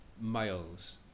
miles